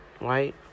right